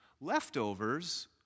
Leftovers